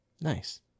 Nice